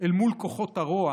אל מול כוחות הרוע